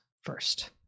first